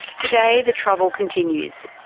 today the trouble continues.